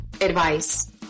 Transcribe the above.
advice